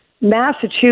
Massachusetts